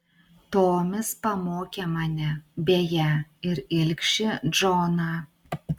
tomis pamokė mane beje ir ilgšį džoną